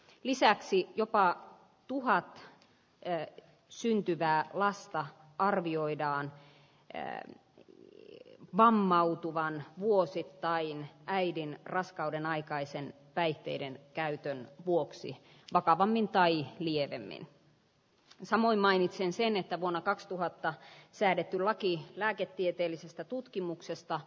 lisäksi jopa k tuuha tre syntyvää lasta arvioidaan erään lie vammautuvan vuosittain äidin raskaudenaikaisen päihteiden käytön vuoksi vakavammin tai lievemmin se sammui mainitsen sen että vuonna kaksituhatta säädetty laki lääketieteellisestä tutkimuksesta